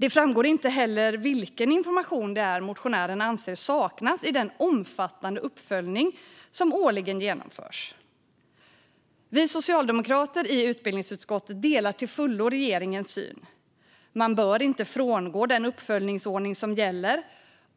Det framgår inte heller vilken information det är motionärerna anser saknas i den omfattande uppföljning som årligen genomförs. Vi socialdemokrater i utbildningsutskottet delar till fullo regeringens syn. Man bör inte frångå den uppföljningsordning som gäller,